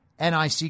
NIC